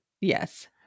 Yes